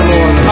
Lord